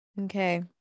Okay